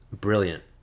Brilliant